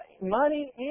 money